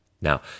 now